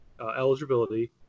eligibility